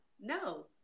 No